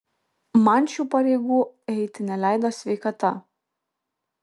man šių pareigų eiti neleido sveikata